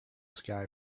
sky